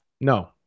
no